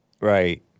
Right